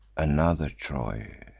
another troy,